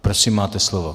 Prosím, máte slovo.